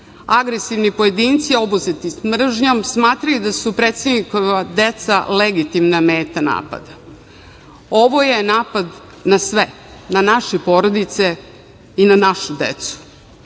Agresivni pojedinci obuzeti mržnjom smatraju da su predsednikova deca legitimna meta napada. Ovo je napad na sve, na naše porodice i na našu decu.